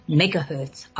megahertz